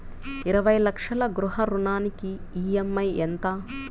ఇరవై లక్షల గృహ రుణానికి ఈ.ఎం.ఐ ఎంత?